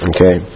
Okay